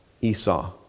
Esau